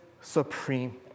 supreme